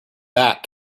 back